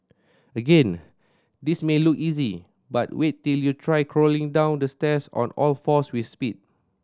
again this may look easy but wait till you try crawling down the stairs on all fours with speed